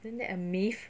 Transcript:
isn't that a myth